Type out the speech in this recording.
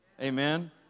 Amen